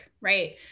right